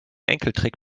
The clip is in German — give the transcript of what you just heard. enkeltrick